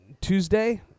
Tuesday